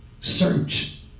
Search